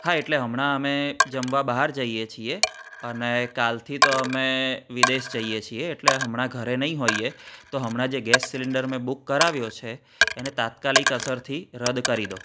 હા એટલે હમણાં અમે જમવા બહાર જઈએ છીએ અને કાલથી તો અમે વિદેશ જઈએ છીએ એટલે હમણાં ઘરે નહીં હોઈએ તો હમણાં જે ગેસ સિલેન્ડર મેં બુક કરાવ્યો છે એને તાત્કાલિક અસરથી રદ કરી દો